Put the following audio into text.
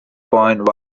point